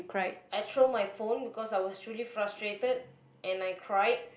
I throw my phone because I was really frustrated and I cried